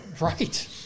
Right